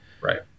right